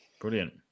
brilliant